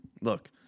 Look